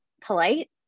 polite